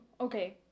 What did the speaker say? okay